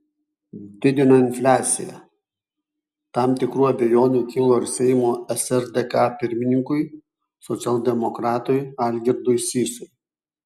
didina infliaciją tam tikrų abejonių kilo ir seimo srdk pirmininkui socialdemokratui algirdui sysui